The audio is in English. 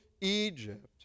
Egypt